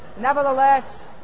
Nevertheless